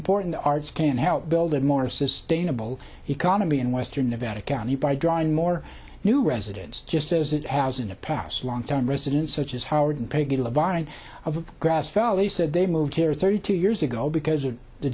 important arts can help build a more sustainable economy in western nevada county by drawing more new residents just as it has in the past long term residents such as howard peggle a vine of grass valley said they moved here thirty two years ago because of the